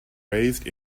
raised